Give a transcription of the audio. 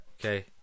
Okay